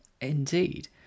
Indeed